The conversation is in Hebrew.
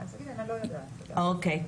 אוקיי.